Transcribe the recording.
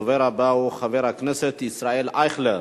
הדובר הבא הוא חבר הכנסת ישראל אייכלר,